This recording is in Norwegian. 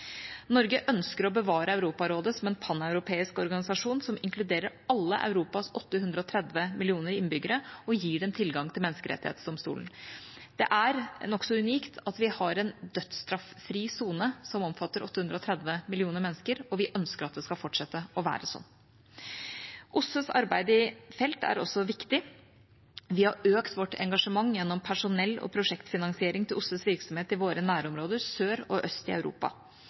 Norge ønsker å bevare Europarådet som en paneuropeisk organisasjon som inkluderer alle Europas 830 millioner innbyggere og gir dem tilgang til Menneskerettsdomstolen. Det er nokså unikt at vi har en dødsstraff-fri sone som omfatter 830 millioner mennesker, og vi ønsker at det skal fortsette å være sånn. OSSEs arbeid i felt er også viktig. Vi har økt vårt engasjement gjennom personell og prosjektfinansiering til OSSEs virksomhet i våre nærområder sør og øst i Europa.